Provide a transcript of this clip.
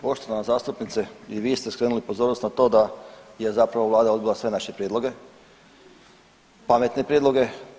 Poštovana zastupnice i vi ste skrenuli pozornost na to da je zapravo Vlada odbila sve naše prijedloge pametne prijedloge.